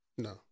No